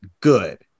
good